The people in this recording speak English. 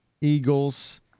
Eagles